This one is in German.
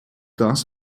das